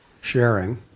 sharing